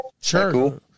Sure